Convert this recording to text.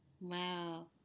wow